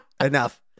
enough